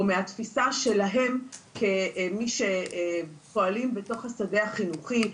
או מהתפיסה שלהם כמי שפועלים בתוך השדה החינוכי.